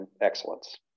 excellence